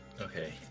Okay